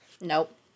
Nope